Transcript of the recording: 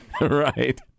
Right